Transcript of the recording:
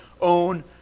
own